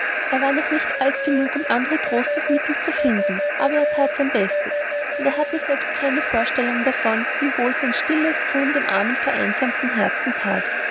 er war noch nicht alt genug um andre trostesmittel zu finden aber er that sein bestes und er selbst hatte keine vorstellung davon wie wohl sein stilles thun dem armen vereinsamten herzen that